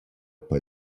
pai